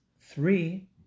three